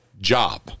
job